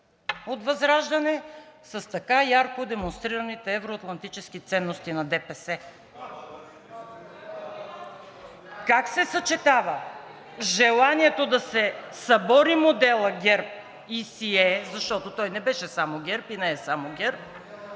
от ВЪЗРАЖДАНЕ с така ярко демонстрираните евроатлантически ценности на ДПС? (Реплики от ДПС.) Как се съчетава желанието да се събори модела ГЕРБ и сие, защото той не беше само ГЕРБ и не е само ГЕРБ